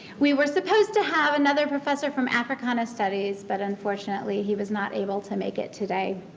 we were supposed to have another professor from africana studies but unfortunately, he was not able to make it today.